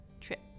trip